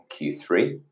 Q3